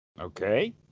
Okay